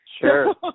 Sure